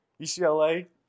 UCLA